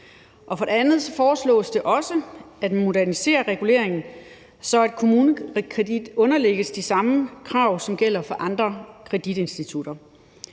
For det andet foreslås det også at modernisere reguleringen, så KommuneKredit underlægges de samme krav, som gælder for andre kreditinstitutter.